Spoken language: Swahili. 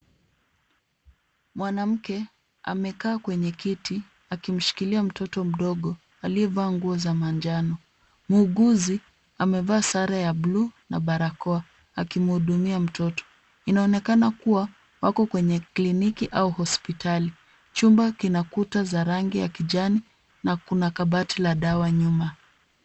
Mwanamke amekaa kwenye kiti akimshikilia mtoto mdogo aliyevaa nguo za manjano. Muuguzi amevaa sare ya buluu na barakoa akimhudumia mtoto. Inaonekana kuwa wako kwenye klinki au hospitali. Chumba kina kuta za rangi ya kijani na kuna kabati la dawa nyuma.